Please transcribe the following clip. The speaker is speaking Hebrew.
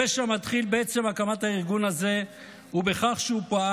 הפשע מתחיל בעצם הקמת הארגון הזה ובכך שהוא פעל